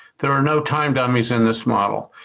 there are no time dummies in this model.